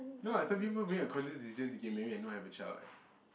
no what some people make a conscious decision to get married and not have a child what